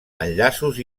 enllaços